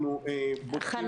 אנחנו בודקים כרגע את כל --- חנן,